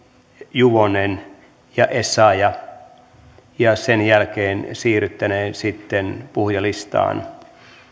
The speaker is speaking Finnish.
juvonen ja essayah ja ja sen jälkeen siirryttäneen puhujalistaan